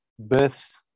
births